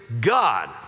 God